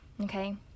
okay